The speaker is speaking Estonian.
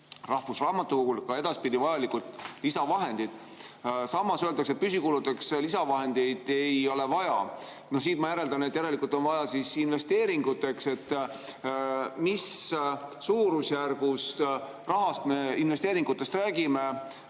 rahvusraamatukogul ka edaspidi vaja lisavahendeid. Samas öeldakse, et püsikuludeks lisavahendeid ei ole vaja. Siit ma järeldan, et järelikult on neid vaja investeeringuteks. Mis suurusjärgus rahast me räägime investeeringute